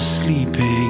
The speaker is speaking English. sleeping